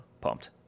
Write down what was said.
pumped